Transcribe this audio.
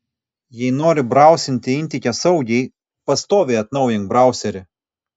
jei nori brausinti intike saugiai pastoviai atnaujink brauserį